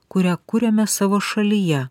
kurią kuriame savo šalyje